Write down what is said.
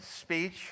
speech